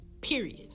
Period